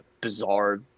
bizarre